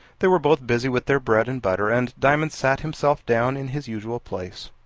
they were both busy with their bread and butter, and diamond sat himself down in his usual place.